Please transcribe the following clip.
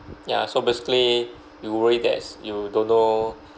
ya so basically you worry that you don't know